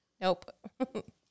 Nope